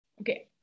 okay